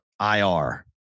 IR